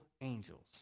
angels